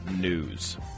News